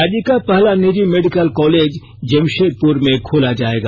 राज्य का पहला निजी मेडिकल कॉलेज जमशेदपुर में खोला जाएगा